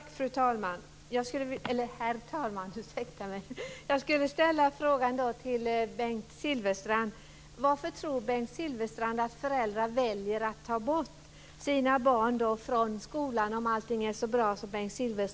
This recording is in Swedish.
Herr talman! Jag skulle vilja ställa en fråga till Bengt Silfverstrand. Varför tror Bengt Silfverstrand att föräldrar väljer att ta bort sina barn från skolan om allting är så bra som han säger?